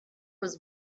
was